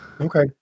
Okay